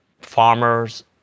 farmers